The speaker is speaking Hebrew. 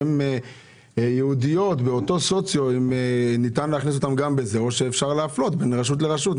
האם ניתן להכניס גם אותן או שאפשר להפלות בין רשות לרשות.